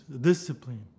discipline